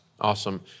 Awesome